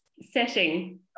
setting